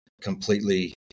completely